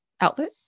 outlet